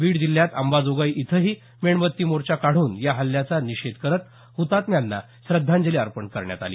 बीड जिल्ह्यात अंबाजोगाई इथंही मेणबत्ती मोर्चा काढून या हल्ल्याचा निषेध करत हतात्म्यांना श्रद्धांजली अपर्ण करण्यात आली